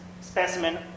specimen